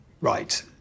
Right